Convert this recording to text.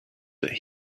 that